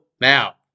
Now